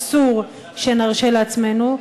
אסור שנרשה לעצמנו.